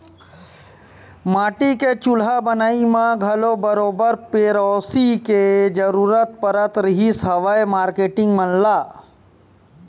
माटी के चूल्हा बनई म घलो बरोबर पेरोसी के जरुरत पड़त रिहिस हवय मारकेटिंग मन ल